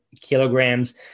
kilograms